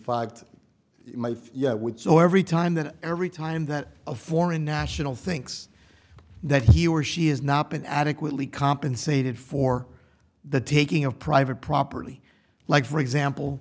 fact yet with so every time that every time that a foreign national thinks that he or she has not been adequately compensated for the taking of private property like for example